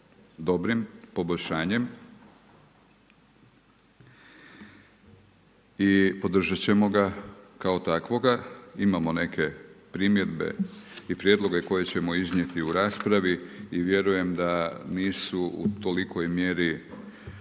dobrim poboljšanjem i podržati ćemo ga kao takvoga, imamo neke primjedbe i prijedloge koje ćemo iznijeti u raspravi i vjerujem da nisu u tolikoj mjeri